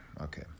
okay